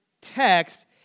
text